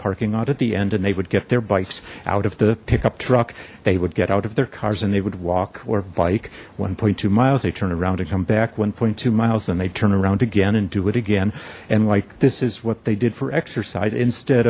parking on at the end and they would get their bikes out of the pickup truck they would get out of their cars and they would walk or bike one two miles they turn around and come back one two miles and they turn around again and do it again and like this is what they did for exercise instead